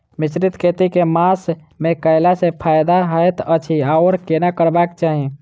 मिश्रित खेती केँ मास मे कैला सँ फायदा हएत अछि आओर केना करबाक चाहि?